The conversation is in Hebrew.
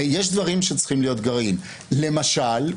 למשל,